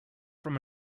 from